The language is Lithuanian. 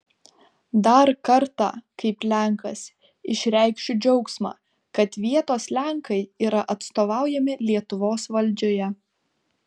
dar kartą kaip lenkas išreikšiu džiaugsmą kad vietos lenkai yra atstovaujami lietuvos valdžioje